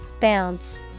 Bounce